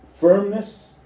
firmness